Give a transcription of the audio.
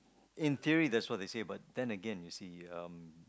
in theory that's what they say but then again you see